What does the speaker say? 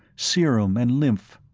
serum and lymph.